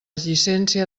llicència